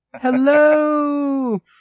Hello